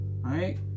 right